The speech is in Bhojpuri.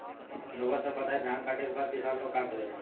रउआ सभ बताई धान कांटेके बाद किसान लोग का करेला?